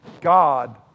God